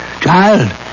child